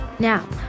Now